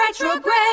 retrograde